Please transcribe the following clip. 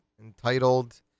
entitled